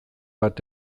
bat